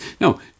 no